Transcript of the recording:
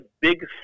big